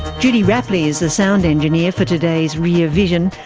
judy rapley is the sound engineer for today's rear vision.